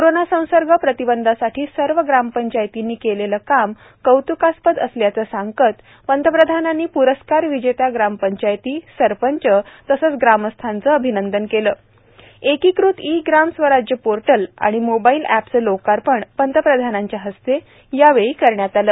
corona संसर्ग प्रतिबंधासाठी सर्व ग्रामपंचायतींनी केलेलं काम कौतुकास्पद असल्याचं सांगत पंतप्रधानांनी पुरस्कार विजेत्या ग्रामपंचायती सरपंच तसंच ग्रामस्थांचं अभिनंदन केलं एकीकृत ई ग्राम स्वराज पोर्टल आणि मोबाईल एपचं लोकार्पणही पंतप्रधानांच्या हस्ते यावेळी करण्यात आलं